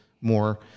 more